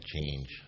change